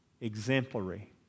exemplary